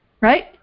Right